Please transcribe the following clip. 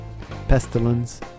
Pestilence